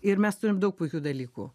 ir mes turim daug puikių dalykų